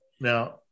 Now